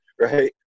right